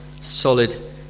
solid